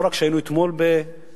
לא רק שהיינו אתמול במכון,